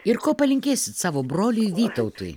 ir ko palinkėsit savo broliui vytautui